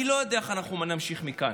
אני לא יודע איך נמשיך מכאן.